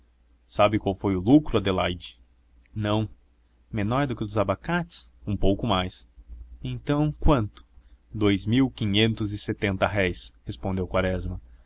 sabes qual foi o lucro adelaide não menor do que o dos abacates um pouco mais então quanto dous mil quinhentos e setenta réis respondeu quaresma